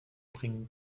bringen